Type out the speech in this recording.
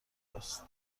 است